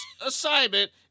assignment